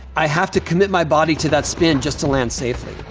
i have to commit my body to that spin just to land safely.